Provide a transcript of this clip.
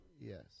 Yes